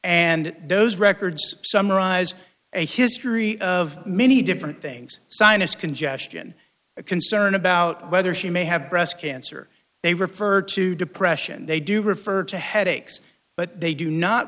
and those records summarize a history of many different things sinus congestion a concern about whether she may have breast cancer they refer to depression they do refer to headaches but they do not